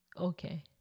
okay